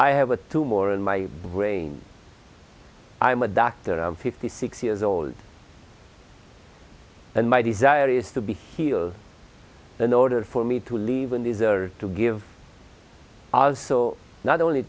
i have a tumor in my brain i'm a doctor i'm fifty six years old and my desire is to be healed in order for me to leave and these are to give also not only